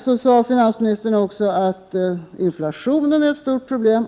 Så sade finansministern att inflationen är ett stort problem.